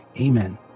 Amen